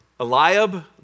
Eliab